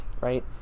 right